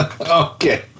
Okay